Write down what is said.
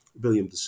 William